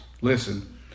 Listen